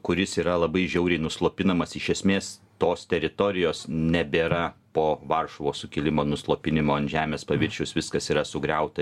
na kuris yra labai žiauriai nuslopinamas iš esmės tos teritorijos nebėra po varšuvos sukilimo nuslopinimo ant žemės paviršiaus viskas yra sugriauta